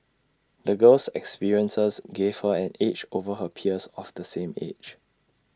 the girl's experiences gave her an edge over her peers of the same age